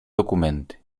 dokumenty